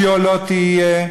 היה לא תהיה.